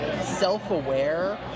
self-aware